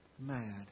mad